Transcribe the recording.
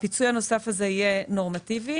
הפיצוי הנוסף הזה יהיה נורמטיבי,